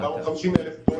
450,000 דולר,